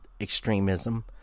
extremism